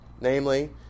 Namely